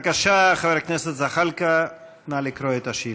בבקשה, חבר הכנסת זחאלקה, נא לקרוא את השאילתה.